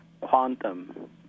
quantum